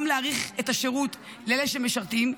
גם להאריך את השירות לאלה שמשרתים,